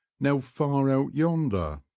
now far out yonder.